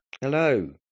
hello